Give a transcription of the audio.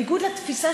זה לא פייר מה שאתה,